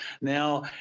Now